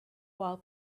while